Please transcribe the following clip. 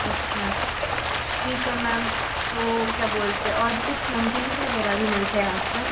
अच्छा ठीक है मैम तो क्या बोलते हैं और कुछ नमकिन्स वग़ैरह भी मिलते हैं आप के यहाँ